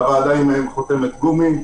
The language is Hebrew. והוועדה היא חותמת גומי.